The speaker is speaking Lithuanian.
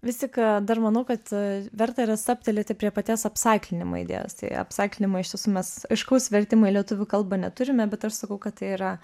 vis tik dar manau kad verta yra stabtelėti prie paties apsaiklinimo idėjos tai apsaiklinimo iš tiesų mes aiškaus vertimo į lietuvių kalbą neturime bet aš sakau kad tai yra